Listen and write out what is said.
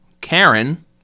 Karen